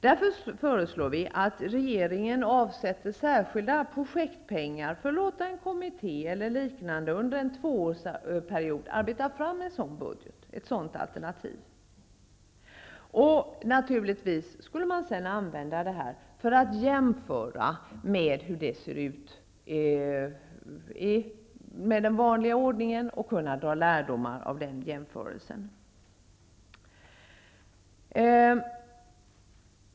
Därför föreslår vi regeringen att avsätta särskilda projektpengar för att låta en kommitté e.d. under en tvåårsperiod arbeta fram en sådan budget, ett sådant alternativ. Naturligtvis skulle man använda det här materialet för att jämföra med hur det ser ut enligt den vanliga ordningen och kunna dra lärdomar av jämförelsen.